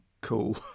cool